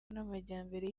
n’amajyambere